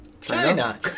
China